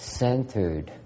centered